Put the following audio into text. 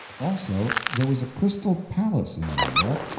also, there was a crystal palace in new york,